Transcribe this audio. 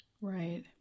Right